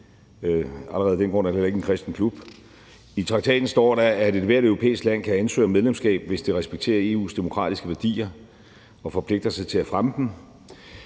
Allerede af den grund er det heller ikke en kristen klub. I traktaten står der, at ethvert europæisk land kan ansøge om medlemskab, hvis det respekterer EU's demokratiske værdier og forpligter sig til at fremme dem.